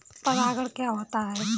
परागण क्या होता है?